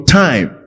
time